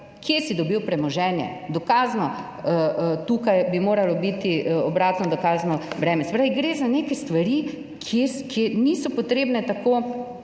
kje si dobil premoženje? Dokazno, tukaj bi moralo biti obratno dokazno breme. Se pravi, gre za neke stvari, niso potrebne tako